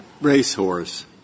racehorse